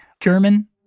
German